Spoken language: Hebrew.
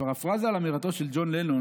בפרפראזה על אמירתו של ג'ון לנון,